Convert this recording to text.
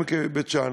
בעמק בית-שאן.